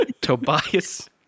Tobias